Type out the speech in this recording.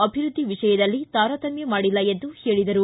ಅಭಿವೃದ್ಧಿ ವಿಷಯದಲ್ಲಿ ತಾರತಮ್ಯ ಮಾಡಿಲ್ಲ ಎಂದರು